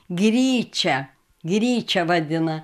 gryčia gryčia vadina